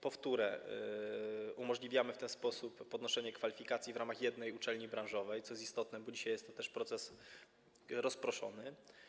Po wtóre, umożliwiamy w ten sposób podnoszenie kwalifikacji w ramach jednej uczelni branżowej, co jest istotne, bo dzisiaj jest to też proces rozproszony.